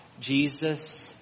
Jesus